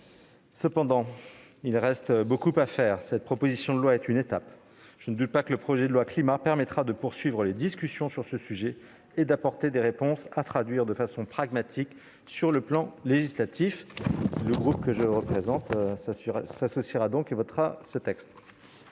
Cependant, il reste beaucoup à faire. Cette proposition de loi est une étape. Je ne doute pas que le projet de loi Climat et résilience permettra de poursuivre les discussions sur ce sujet et d'apporter des réponses à traduire de façon pragmatique sur le plan législatif. Pour l'heure, le groupe Les Républicains votera ce texte.